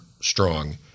strong